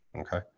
Okay